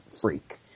freak